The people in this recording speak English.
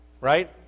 right